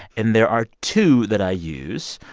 and there are two that i use.